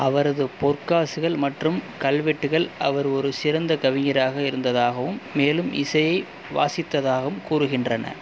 அவரது பொற்காசுகள் மற்றும் கல்வெட்டுகள் அவர் ஒரு சிறந்த கவிஞராக இருந்ததாகவும் மேலும் இசையை வாசித்ததாகவும் கூறுகின்றன